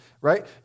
Right